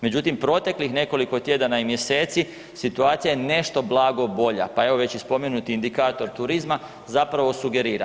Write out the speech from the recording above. Međutim, proteklih nekoliko tjedana i mjeseci situacija je nešto blago bolja, pa evo već i spomenuti indikator turizma zapravo sugerira.